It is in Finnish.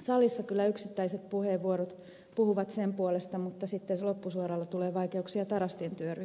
salissa kyllä yksittäiset puheenvuorot puhuvat sen puolesta mutta sitten loppusuoralla tulee vaikeuksia tarastin työryhmässä